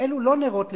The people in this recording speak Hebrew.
אלה לא נרות לשימוש.